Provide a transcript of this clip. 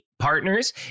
partners